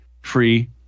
free